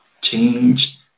change